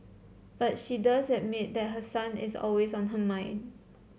but she does admit that her son is always on her mind